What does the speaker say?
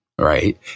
Right